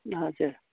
हजुर